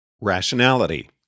RATIONALITY